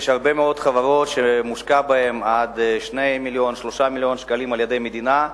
יש הרבה מאוד חברות שמושקעים בהן עד 2.3 מיליוני שקלים על-ידי המדינה,